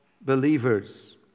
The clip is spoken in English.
believers